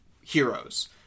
heroes